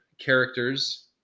characters